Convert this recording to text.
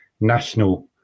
national